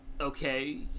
okay